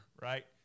right